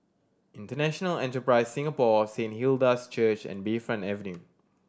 International Enterprise Singapore Saint Hilda's Church and Bayfront Avenue